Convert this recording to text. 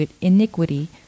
iniquity